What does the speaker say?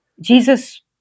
Jesus